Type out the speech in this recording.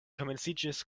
komenciĝis